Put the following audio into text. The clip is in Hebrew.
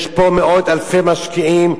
יש פה מאות אלפי משקיעים,